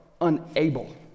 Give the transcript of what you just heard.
unable